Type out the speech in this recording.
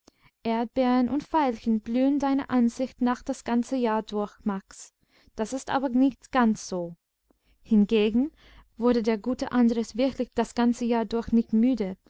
erdbeeren und veilchen blühen deiner ansicht nach das ganze jahr durch max das ist aber nicht ganz so hingegen wurde der gute andres wirklich das ganze jahr durch nicht müde